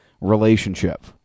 relationship